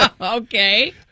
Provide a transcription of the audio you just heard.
Okay